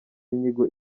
inyigo